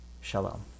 Shalom